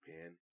man